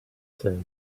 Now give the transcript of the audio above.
said